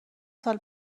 سال